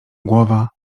głowa